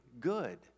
good